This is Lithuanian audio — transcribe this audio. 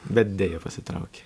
bet deja pasitraukė